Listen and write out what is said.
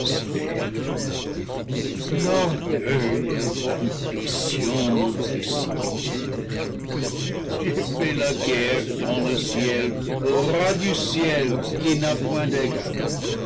et l'ambition m'ont précipité j'ai fait la guerre dans le ciel au roi du ciel qui n'a point d'égal